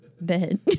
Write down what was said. bed